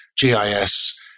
GIS